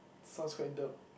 sounds quite derp